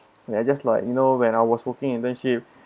where I just like you know when I was working internship